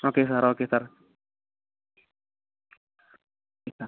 okay okay sir